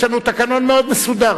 יש לנו תקנון מאוד מסודר.